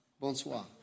Bonsoir